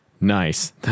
Nice